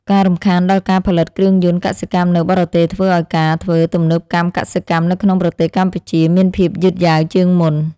ការរំខានដល់ការផលិតគ្រឿងយន្តកសិកម្មនៅបរទេសធ្វើឱ្យការធ្វើទំនើបកម្មកសិកម្មនៅក្នុងប្រទេសកម្ពុជាមានភាពយឺតយ៉ាវជាងមុន។